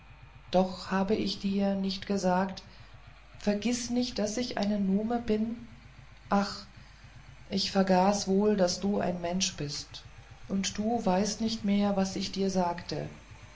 doch habe ich dir nicht gesagt vergiß nicht daß ich eine nume bin ach ich vergaß wohl daß du ein mensch bist und du weißt nicht mehr was ich dir sagte